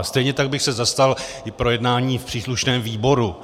Stejně tak bych se zastal i projednání v příslušném výboru.